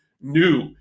new